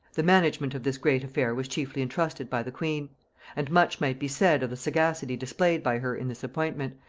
the management of this great affair was chiefly intrusted by the queen and much might be said of the sagacity displayed by her in this appointment,